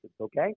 okay